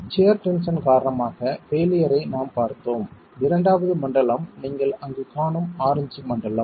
shear tension காரணமாக failure ஐ நாம் பார்த்தோம் இரண்டாவது மண்டலம் நீங்கள் அங்கு காணும் ஆரஞ்சு மண்டலம்